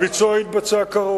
הביצוע היה כראוי.